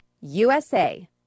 USA